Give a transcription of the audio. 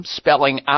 spelling